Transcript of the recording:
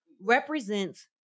represents